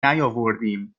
نیاوردیم